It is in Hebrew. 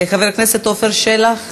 חבר הכנסת עפר שלח,